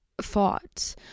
fought